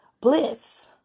bliss